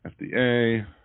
FDA